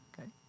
Okay